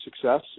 success